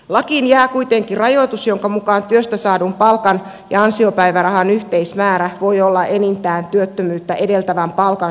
lakiin jää kuitenkin rajoitus jonka mukaan työstä saadun palkan ja ansiopäivärahan yhteismäärä voi olla enintään työttömyyttä edeltävän palkan suuruinen